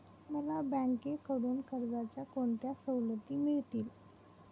मला बँकेकडून कर्जाच्या कोणत्या सवलती मिळतील?